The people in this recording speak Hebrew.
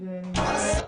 פיסמן.